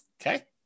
Okay